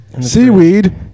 seaweed